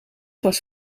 was